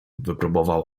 wypróbował